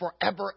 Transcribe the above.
forever